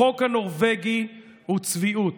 החוק הנורבגי הוא צביעות.